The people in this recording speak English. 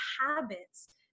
habits